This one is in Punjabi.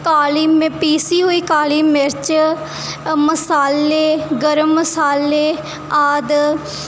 ਕਾਲੀ ਮੈਂ ਪੀਸੀ ਹੋਈ ਕਾਲੀ ਮਿਰਚ ਮਸਾਲੇ ਗਰਮ ਮਸਾਲੇ ਆਦਿ